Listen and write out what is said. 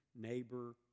neighbor